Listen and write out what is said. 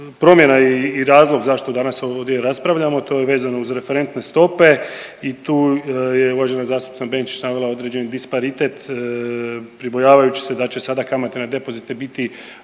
promjena i razloga zašto danas ovdje raspravljamo to je vezano uz referentne stope i tu je uvažena zastupnica Benčić stavila određeni disparitet pribojavajući se da će sada kamate na depozite biti